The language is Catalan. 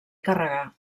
carregar